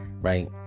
right